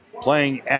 playing